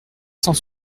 cent